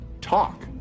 talk